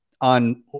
on